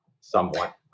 somewhat